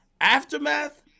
aftermath